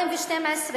אתה רוצה שנמשיך בשקט.